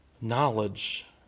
Knowledge